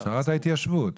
שרת ההתיישבות?